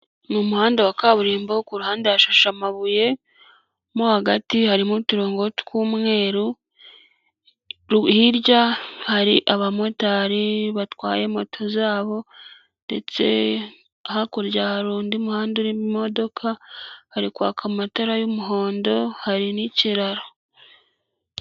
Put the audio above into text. Mu muhanda wa kaburimbo ku ruhande hafashe amabuye, mo hagati harimo uturongo tw'umweru hirya hari abamotari batwaye moto zabo, ndetse hakurya hari undi muhanda urimo imodoka hari kwaka amatara y'umuhondo hari n'ikiraro.